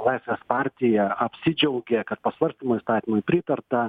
laisvės partija apsidžiaugė kad po svarstymo įstatymui pritarta